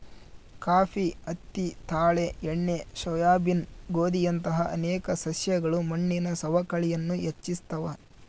coffee ಹತ್ತಿ ತಾಳೆ ಎಣ್ಣೆ ಸೋಯಾಬೀನ್ ಗೋಧಿಯಂತಹ ಅನೇಕ ಸಸ್ಯಗಳು ಮಣ್ಣಿನ ಸವಕಳಿಯನ್ನು ಹೆಚ್ಚಿಸ್ತವ